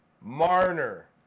Marner